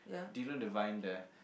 did you know the wine the